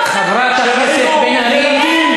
חברת הכנסת בן ארי,